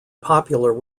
popular